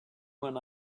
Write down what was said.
when